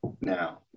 Now